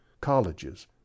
colleges